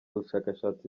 bushakashatsi